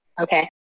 okay